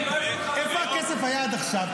איפה הכסף היה עד עכשיו?